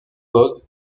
gogh